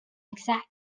exact